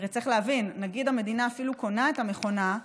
כי הרי צריך להבין: נגיד המדינה אפילו קונה את המכונה,